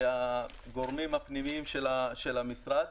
הגורמים הפנימיים של המשרד,